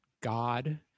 God